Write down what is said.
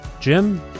Jim